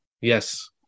Yes